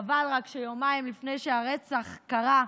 רק חבל שיומיים לפני שהרצח קרה,